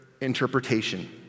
interpretation